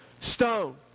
stone